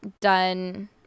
done